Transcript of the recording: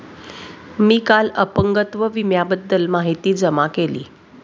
मी काल अपंगत्व विम्याबद्दल माहिती जमा केली